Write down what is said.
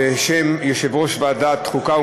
בשם יושב-ראש ועדת החוקה,